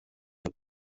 der